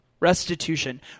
Restitution